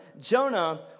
Jonah